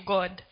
God